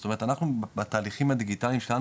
זאת אומרת אנחנו בתהליכים הדיגיטליים שלנו